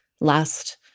last